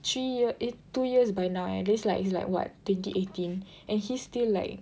three year eh two years by now eh and it's like it's like what twenty eighteen and he's still like